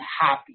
happy